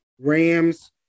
Rams